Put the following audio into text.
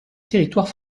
territoire